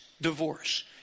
divorce